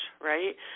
right